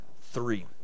three